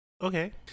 Okay